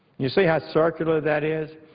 you see how circular that is?